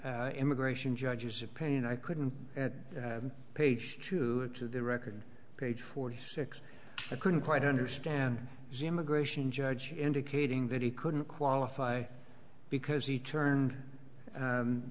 e immigration judges opinion i couldn't page true to the record page forty six couldn't quite understand the immigration judge indicating that he couldn't qualify because he turned